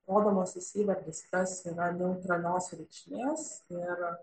rodomasis įvardis tas yra neutralios reikšmės ir